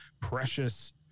precious